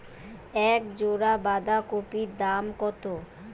এক জোড়া বাঁধাকপির দাম কত?